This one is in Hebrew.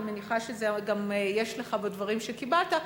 אני מניחה שיש לך בדברים שקיבלת,